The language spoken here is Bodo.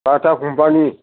Bata company